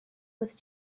with